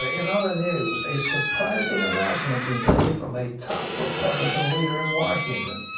ah in other news, a surprising announcement today from a top republican leader in washington.